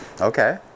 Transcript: Okay